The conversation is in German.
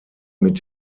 mit